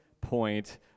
point